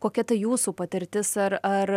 kokia ta jūsų patirtis ar ar